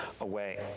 away